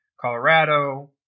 Colorado